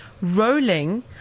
rolling